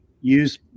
use